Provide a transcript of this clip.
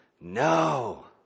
No